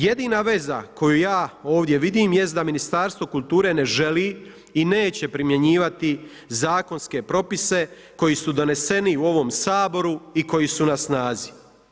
Jedina veza koju ja ovdje vidim jest da Ministarstvo kulture ne želi i neće primjenjivati zakonske propise koji su doneseni u ovom Saboru i koji su na snazi.